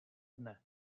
dne